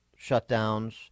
shutdowns